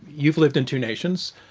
you've lived in two nations.